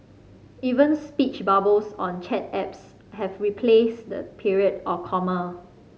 even speech bubbles on chat apps have replaced the period or comma